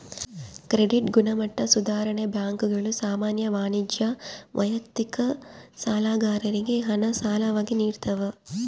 credit ಗುಣಮಟ್ಟ ಸುಧಾರಣೆ ಬ್ಯಾಂಕುಗಳು ಸಾಮಾನ್ಯ ವಾಣಿಜ್ಯ ವೈಯಕ್ತಿಕ ಸಾಲಗಾರರಿಗೆ ಹಣ ಸಾಲವಾಗಿ ನಿಡ್ತವ